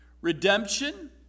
Redemption